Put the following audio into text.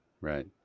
Right